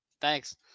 Thanks